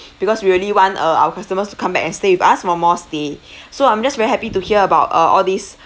because we really want uh our customers to come back and stay with us for more stay so I'm just very happy to hear about uh all these